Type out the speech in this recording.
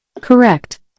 Correct